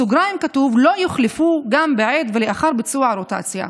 בסוגריים כתוב: "לא יוחלפו גם בעת ולאחר ביצוע הרוטציה".